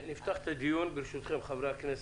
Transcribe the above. נפתח את הדיון ברשותכם, חברי הכנסת.